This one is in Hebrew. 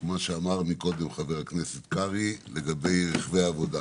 כפי שאמר קודם חבר הכנסת קרעי, לגבי רכבי עבודה.